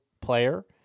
player